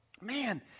man